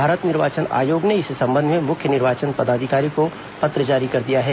भारत निर्वाचन आयोग ने इस संबंध में मुख्य निर्वाचन पदाधिकारी को पत्र जारी कर दिया है